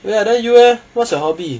then you leh what's your hobby